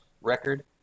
record